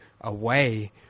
away